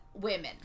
women